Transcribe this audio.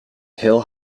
hill